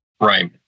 Right